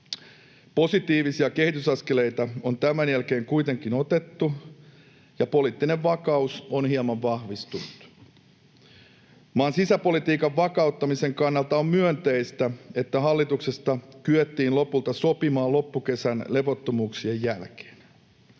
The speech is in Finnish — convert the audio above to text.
Positiivisia kehitysaskeleita on tämän jälkeen kuitenkin otettu, ja poliittinen vakaus on hieman vahvistunut. Maan sisäpolitiikan vakauttamisen kannalta on myönteistä, että hallituksesta kyettiin lopulta sopimaan loppukesän levottomuuksien jälkeen.